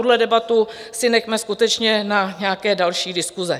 Ale tuhle debatu si nechme skutečně na nějaké další diskuse.